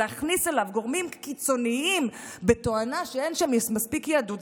להכניס אליו גורמים קיצוניים בתואנה שאין שם מספיק יהדות,